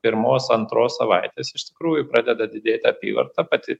pirmos antros savaitės iš tikrųjų pradeda didėti apyvartą pati